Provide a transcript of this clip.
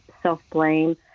self-blame